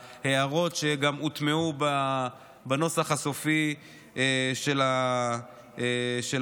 על ההערות שגם הוטמעו בנוסח הסופי של החוק.